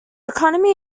economy